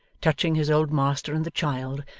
touching his old master and the child,